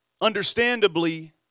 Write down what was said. understandably